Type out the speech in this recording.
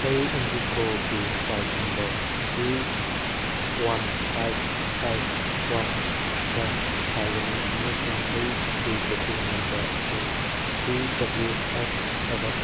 ꯑꯩ ꯏꯟꯗꯤꯒꯣꯒꯤ flight number V one five five ꯋꯥꯟꯗ ꯄꯥꯏꯒꯅꯤ ꯑꯃꯁꯨꯡ ꯑꯩꯒꯤ ꯕꯨꯛꯀꯤꯡ ꯅꯝꯕꯔ ꯑꯁꯤ ꯚꯤ ꯗꯕꯜꯂ꯭ꯌꯨ ꯑꯦꯛꯁ ꯁꯕꯦꯟ